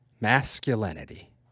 Masculinity